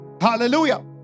Hallelujah